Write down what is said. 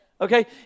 Okay